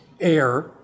air